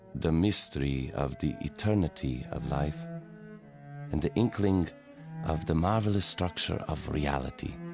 the mystery of the eternity of life and the inkling of the marvelous structure of reality,